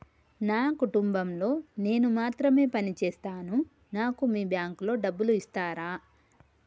నా కుటుంబం లో నేను మాత్రమే పని చేస్తాను నాకు మీ బ్యాంకు లో డబ్బులు ఇస్తరా?